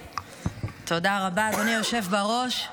תודה רבה, אדוני היושב בראש.